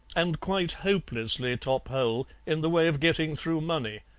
and quite hopelessly top-hole in the way of getting through money,